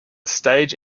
stage